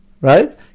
Right